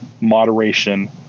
moderation